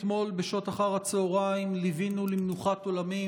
אתמול אחר הצוהריים ליווינו למנוחת עולמים